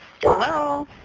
Hello